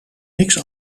niets